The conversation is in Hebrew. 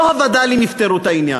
לא הווד"לים יפתרו את העניין.